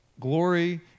glory